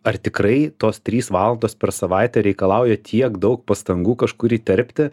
ar tikrai tos trys valandos per savaitę reikalauja tiek daug pastangų kažkur įterpti